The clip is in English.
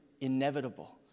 inevitable